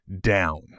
down